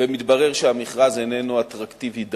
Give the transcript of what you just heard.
ומתברר שהמכרז איננו אטרקטיבי דיו,